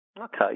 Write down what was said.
Okay